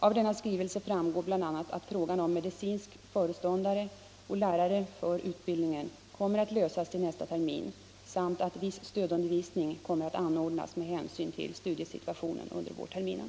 Av denna skrivelse framgår bl.a. att frågan om medicinsk föreståndare och lärare för utbildningen kommer att lösas till nästa termin samt att viss stödundervisning kommer att anordnas med hänsyn till studiesituationen under vårterminen.